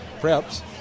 preps